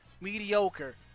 Mediocre